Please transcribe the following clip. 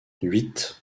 huit